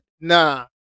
Nah